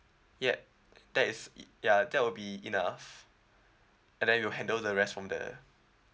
yup that is it ya that will be enough and then we'll handle the rest from there